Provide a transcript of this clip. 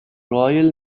royal